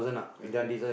okay